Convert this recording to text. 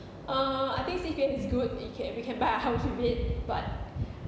uh I think C_P_F is good you can we can buy a house with it but